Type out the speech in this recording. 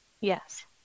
Yes